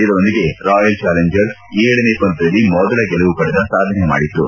ಇದರೊಂದಿಗೆ Royal Challengers ಏಳನೇ ಪಂದ್ಯದಲ್ಲಿ ಮೊದಲ ಗೆಲುವು ಪಡೆದ ಸಾಧನೆ ಮಾಡಿತು